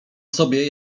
sobie